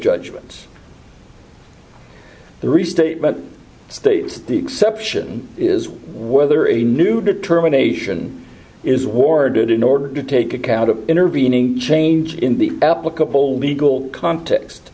judgments the restatement states the exception is whether a new determination is warranted in order to take account of intervening change in the applicable legal context